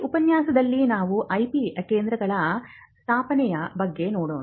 ಈ ಉಪನ್ಯಾಸದಲ್ಲಿ ನಾವು IP ಕೇಂದ್ರಗಳ ಸ್ಥಾಪನೆಯ ಬಗ್ಗೆ ನೋಡೋಣ